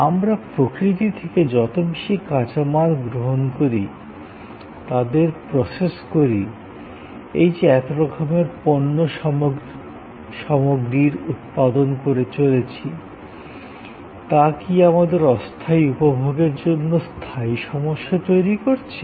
আমরা প্রকৃতি থেকে যত বেশি কাঁচামাল গ্রহণ করি তাদের প্রসেস করি এই যে এতো রকমের পণ্য সামগ্রীর উৎপাদন করে চলেছি তা কি আমাদের অস্থায়ী উপভোগের জন্য স্থায়ী সমস্যা তৈরি করছি